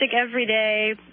everyday